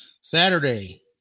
Saturday